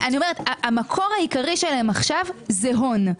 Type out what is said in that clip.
המקור העיקרי שלהן עכשיו זה הון.